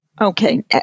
Okay